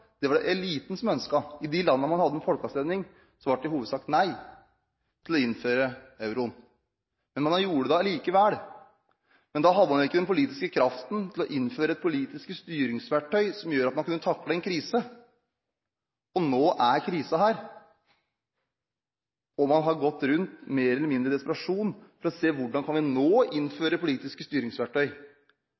det var det eliten som ønsket. I de landene man hadde en folkeavstemning, ble det i hovedsak nei til å innføre euroen, men man gjorde det allikevel. Men da hadde man ikke den politiske kraften til å innføre et politisk styringsverktøy som gjorde at man kunne takle en krise. Nå er krisen her, og man har gått rundt mer eller mindre i desperasjon for å se: Hvordan kan vi nå innføre politiske styringsverktøy?